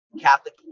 Catholic